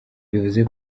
bivuze